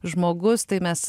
žmogus tai mes